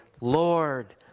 Lord